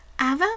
Ava